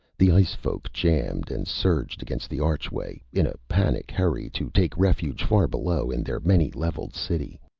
the ice-folk jammed and surged against the archway, in a panic hurry to take refuge far below in their many-levelled city.